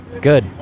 Good